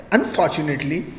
Unfortunately